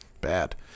Bad